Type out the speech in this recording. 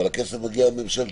אבל הכסף שמגיע הוא ממשלתי,